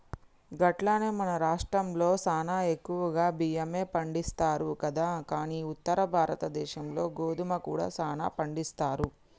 గట్లనే మన రాష్ట్రంలో సానా ఎక్కువగా బియ్యమే పండిస్తారు కదా కానీ ఉత్తర భారతదేశంలో గోధుమ కూడా సానా పండిస్తారు